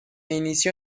inició